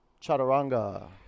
Chaturanga